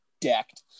decked